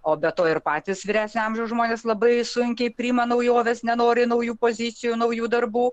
o be to ir patys vyresnio amžiaus žmonės labai sunkiai priima naujoves nenori naujų pozicijų naujų darbų